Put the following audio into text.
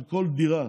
על כל דירה